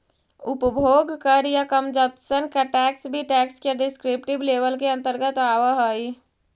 उपभोग कर या कंजप्शन टैक्स भी टैक्स के डिस्क्रिप्टिव लेबल के अंतर्गत आवऽ हई